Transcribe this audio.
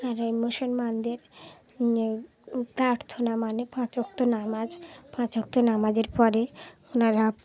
আর এই মুসলমানদের প্রার্থনা মানে পাঁচ ওয়াক্ত নামাজ পাঁচ ওয়াক্ত নামাজের পরে ওনারা